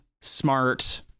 smart